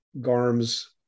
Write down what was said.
Garm's